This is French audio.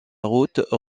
route